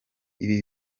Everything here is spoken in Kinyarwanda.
ibi